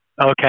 Okay